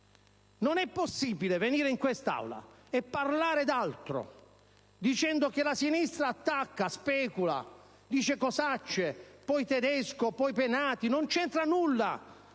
Non è possibile venire in quest'Aula e parlare d'altro, dicendo che la sinistra attacca, specula, dice cosacce e poi nominare Tedesco, Penati. Non c'entra nulla!